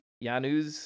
Janusz